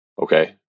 okay